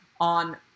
on